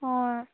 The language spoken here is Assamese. অঁ